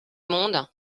monde